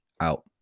out